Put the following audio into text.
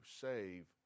Save